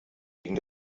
wegen